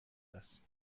است